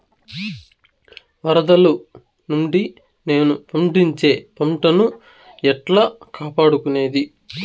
వరదలు నుండి నేను పండించే పంట ను ఎట్లా కాపాడుకునేది?